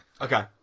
Okay